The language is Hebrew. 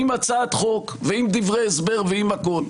עם הצעת חוק, עם דברי הסבר ועם הכול,